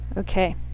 Okay